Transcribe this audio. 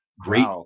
great